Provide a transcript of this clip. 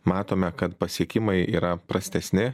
matome kad pasiekimai yra prastesni